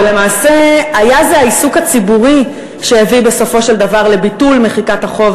ולמעשה העיסוק הציבורי הוא שהביא בסופו של דבר לביטול מחיקת החוב